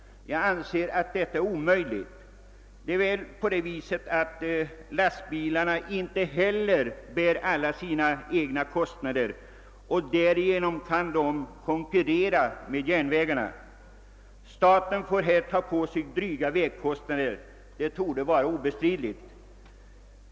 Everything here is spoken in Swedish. Jag anser att detta inte är möjligt. Lastbilstrafiken bär inte alla sina kostnader, och därför kan den konkurrera med järnvägstrafiken. Att staten får ta på sig dryga vägkostnader torde vara obestridligt.